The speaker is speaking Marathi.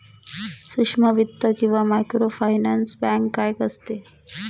सूक्ष्म वित्त किंवा मायक्रोफायनान्स बँक काय असते?